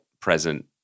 present